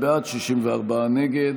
55 בעד, 64 נגד.